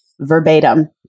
verbatim